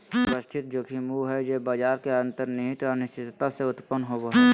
व्यवस्थित जोखिम उ हइ जे बाजार के अंतर्निहित अनिश्चितता से उत्पन्न होवो हइ